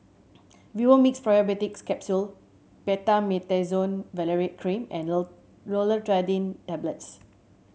Vivomixx Probiotics Capsule Betamethasone Valerate Cream and Loratadine Tablets